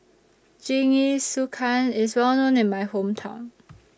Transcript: Jingisukan IS Well known in My Hometown